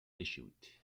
issued